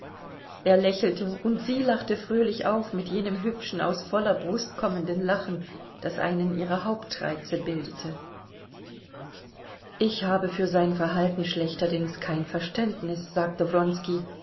er lächelte und sie lachte fröhlich auf mit jenem hübschen aus voller brust kommenden lachen das einen ihrer hauptreize bildete ich habe für sein verhalten schlechterdings kein verständnis sagte